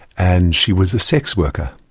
and she was a sex worker.